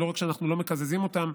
ולא רק שאנחנו לא מקזזים אותם,